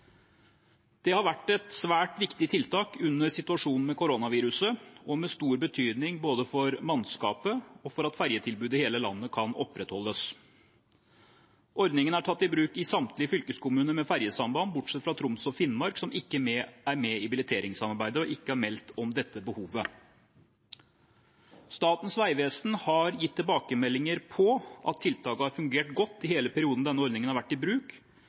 Det har vært et svært viktig tiltak under situasjonen med koronaviruset og har hatt stor betydning både for mannskapet og for at ferjetilbudet i hele landet kan opprettholdes. Ordningen er tatt i bruk i samtlige fylkeskommuner med ferjesamband, bortsett fra Troms og Finnmark, som ikke er med i billetteringssamarbeidet, og ikke har meldt om dette behovet. Statens vegvesen har gitt tilbakemeldinger på at tiltaket har fungert godt i hele perioden denne ordningen har vært i bruk.